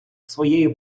своєю